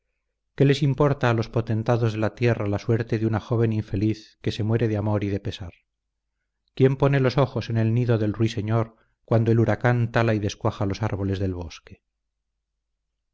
qué les importa a los potentados de la tierra la suerte de una joven infeliz que se muere de amor y de pesar quién pone los ojos en el nido del ruiseñor cuando el huracán tala y descuaja los árboles del bosque